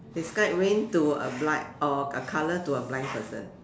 describe rain to a blind or a colour to a blind person